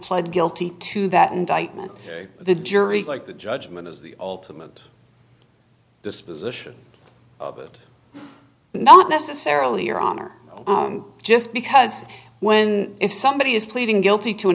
pled guilty to that indictment the jury like the judgment is the ultimate disposition of it not necessarily your honor just because when if somebody is pleading guilty t